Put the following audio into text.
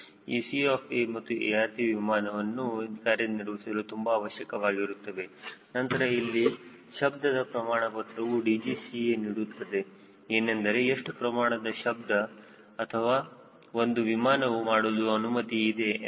ಈ C of A ಮತ್ತು ARC ವಿಮಾನವನ್ನು ಕಾರ್ಯನಿರ್ವಹಿಸಲು ತುಂಬಾ ಅವಶ್ಯಕವಾಗಿರುತ್ತದೆ ನಂತರ ಇಲ್ಲಿ ಶಬ್ದದ ಪ್ರಮಾಣಪತ್ರ DGCA ನೀಡುತ್ತದೆ ಏನೆಂದರೆ ಎಷ್ಟು ಪ್ರಮಾಣದ ಶಬ್ದ ಒಂದು ವಿಮಾನವು ಮಾಡಲು ಅನುಮತಿ ಇದೆ ಎಂದು